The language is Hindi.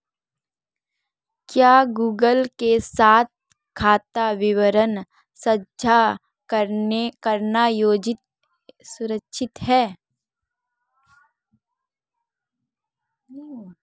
क्या गूगल के साथ खाता विवरण साझा करना सुरक्षित है?